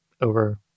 over